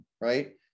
right